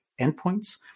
endpoints